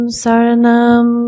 saranam